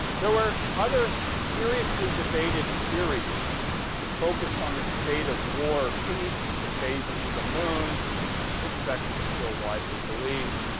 there were other seriously debated theories that focused on the state of war or peace, the phases of the moon this is actually still widely believed,